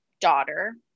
daughter